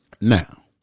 Now